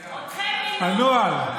הנוהל.